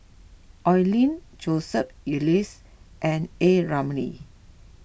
Oi Lin Joseph Elias and A Ramli